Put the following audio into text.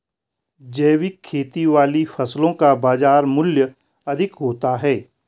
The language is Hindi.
जैविक खेती वाली फसलों का बाजार मूल्य अधिक होता है